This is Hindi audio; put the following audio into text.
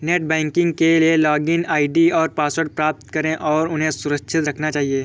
नेट बैंकिंग के लिए लॉगिन आई.डी और पासवर्ड प्राप्त करें और उन्हें सुरक्षित रखना चहिये